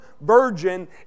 virgin